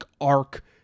arc